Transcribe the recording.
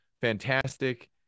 fantastic